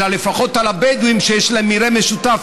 אלא לפחות על הבדואים שיש להם מרעה משותף,